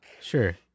sure